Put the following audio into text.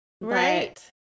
Right